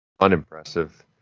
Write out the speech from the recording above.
Unimpressive